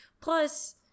plus